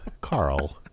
Carl